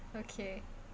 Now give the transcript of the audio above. okay